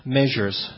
measures